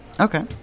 Okay